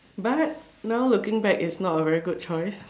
but now looking back is not a very good choice